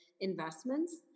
investments